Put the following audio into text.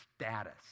status